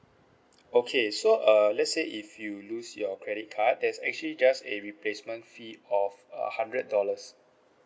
okay so uh let's say if you lost your credit card there's actually just a replacement fee of uh hundred dollars